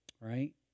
right